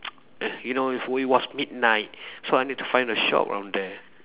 you know it wa~ was midnight so I need to find a shop from there